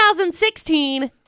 2016